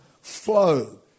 flow